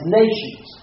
nations